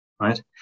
right